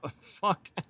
fuck